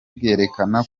bwerekana